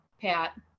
Pat